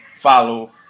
follow